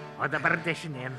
o dabar dešinėn